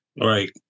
Right